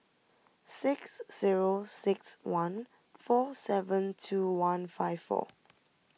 six zero six one four seven two one five four